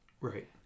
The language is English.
Right